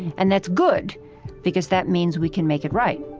and that's good because that means we can make it right